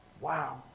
Wow